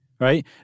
Right